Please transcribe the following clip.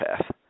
path